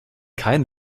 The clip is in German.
kein